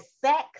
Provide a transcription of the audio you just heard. sex